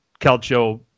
calcio